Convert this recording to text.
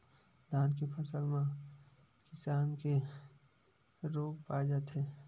धान के फसल म के किसम के रोग पाय जाथे?